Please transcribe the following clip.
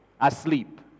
asleep